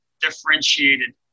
differentiated